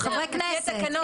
של חברי הכנסת.